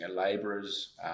laborers